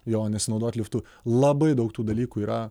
jo nesinaudot liftu labai daug tų dalykų yra